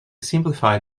simplified